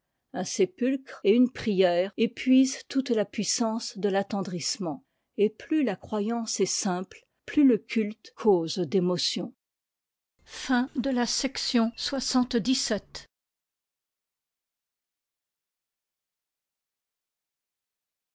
un sepulcre et une prière épuisent toute la puissance de l'attendrissement et plus la croyance est simple plus le culte cause d'émotion chapitre